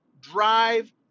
drive